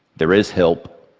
there is help.